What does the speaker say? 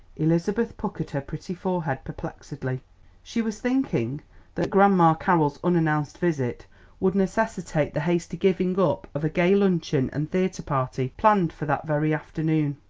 elizabeth puckered her pretty forehead perplexedly she was thinking that grandma carroll's unannounced visit would necessitate the hasty giving up of a gay luncheon and theatre party planned for that very afternoon.